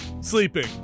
sleeping